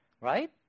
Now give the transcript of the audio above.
right